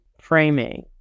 framing